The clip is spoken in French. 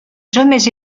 jamais